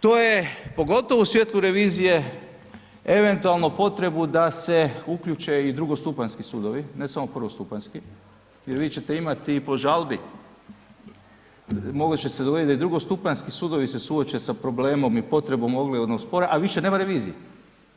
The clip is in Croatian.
To je pogotovo u svijetlu revizije eventualno potrebu da se uključe i drugostupanjski sudovi ne samo prvostupanjski, jer vi ćete imati i po žalbi, moguće se dogoditi da i drugostupanjski sudovi se suoče sa problemom i potrebom oglednog spora, a više nema revizije,